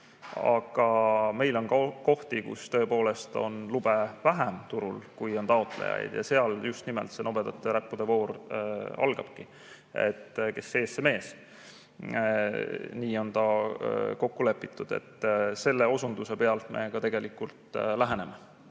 Aga meil on ka kohti, kus tõepoolest on lube vähem turul, kui on taotlejaid, ja just seal nimelt see nobedate näppude voor algabki – kes ees, see mees. Nii on kokku lepitud. Selle osunduse pealt me ka tegelikult läheneme. Kui